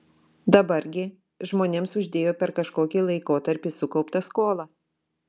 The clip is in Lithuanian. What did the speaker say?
dabar gi žmonėms uždėjo per kažkokį laikotarpį sukauptą skolą